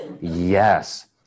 yes